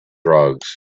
drugs